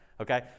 Okay